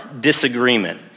disagreement